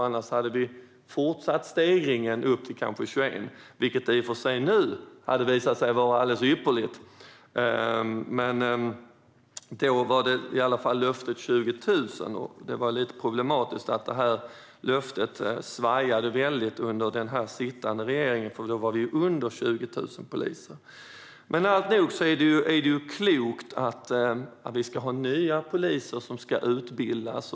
Annars hade vi fortsatt ökningen upp till kanske 21 000 poliser, vilket i och för sig nu hade visat sig vara alldeles ypperligt. Men då var i alla fall löftet 20 000. Det var problematiskt att löftet svajade väldigt under sittande regering, för då låg antalet poliser under 20 000. Alltnog är det klokt att nya poliser utbildas.